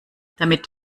damit